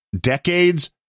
decades